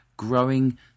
Growing